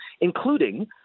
including